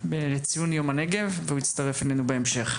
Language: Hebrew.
בציון יום הנגב, והוא יצטרף אלינו בהמשך.